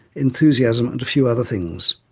enthusiasm and a few other things.